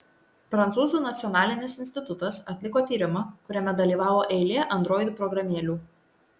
prancūzų nacionalinis institutas atliko tyrimą kuriame dalyvavo eilė android programėlių